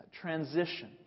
transition